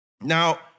Now